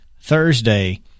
Thursday